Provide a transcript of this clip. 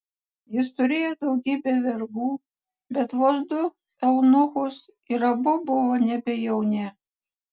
jis turėjo daugybę vergų bet vos du eunuchus ir abu buvo nebe jauni